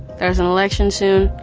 there's an election soon.